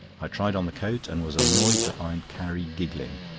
i tried on the coat, and was annoyed to find carrie giggling.